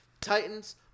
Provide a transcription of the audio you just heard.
Titans